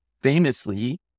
famously